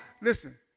Listen